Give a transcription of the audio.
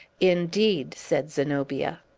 indeed! said zenobia.